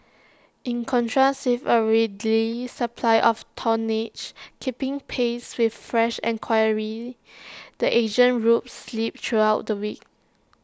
in contrast with A readily supply of tonnage keeping pace with fresh and enquiry the Asian routes slipped throughout the week